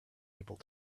able